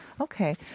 Okay